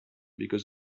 because